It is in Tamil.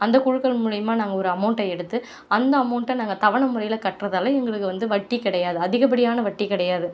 அந்தக் குழுக்கள் மூலிமா நாங்கள் ஒரு அமௌண்ட்டை எடுத்து அந்த அமௌண்ட்டை நாங்கள் தவணை முறையில் கட்டுறதால் எங்களுக்கு வந்து வட்டி கிடையாது அதிகப்படியான வட்டி கிடையாது